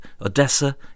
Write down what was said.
Odessa